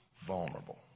vulnerable